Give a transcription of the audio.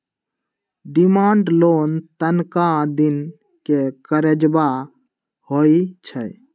demand loan तनका दिन के करजा होइ छइ